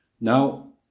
Now